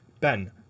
Ben